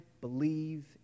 believe